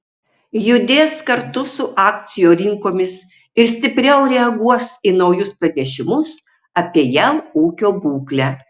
judės kartu su akcijų rinkomis ir stipriau reaguos į naujus pranešimus apie jav ūkio būklę